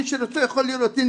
מי שרוצה יכול לראות.